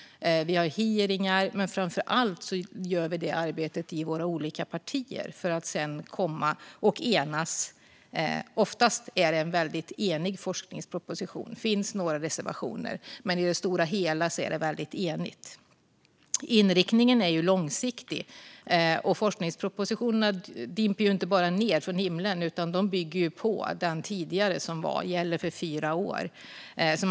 Vi har hearingar. Men framför allt gör vi arbetet i våra olika partier, för att sedan komma samman och enas. Oftast är det ett väldigt enigt betänkande. Det finns några reservationer, men i det stora hela är det väldigt enigt. Inriktningen är långsiktig. Forskningspropositionerna dimper ju inte bara ned från himlen, utan de bygger på den tidigare som gällde de föregående fyra åren.